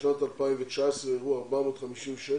לשנת 2019 אירעו 456